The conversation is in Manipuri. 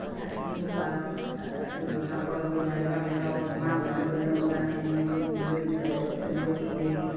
ꯑꯞꯁꯥ ꯑꯩꯠꯇꯤꯒꯨꯝꯕ ꯑꯗꯨꯗꯣ ꯍꯥꯞꯄꯒ ꯑꯩꯈꯣꯏꯅ ꯂꯩꯕꯥꯛ ꯂꯩꯍꯥꯎꯁꯤꯡ ꯃꯥꯡꯗꯅꯕꯒꯤꯗꯃꯛꯇ ꯑꯗꯒꯤ ꯃꯤꯑꯣꯏꯕꯗ ꯁꯣꯛꯇꯅꯕꯒꯤ ꯑꯗꯒꯤ